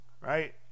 Right